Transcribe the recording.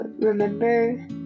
remember